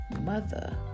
mother